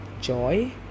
Joy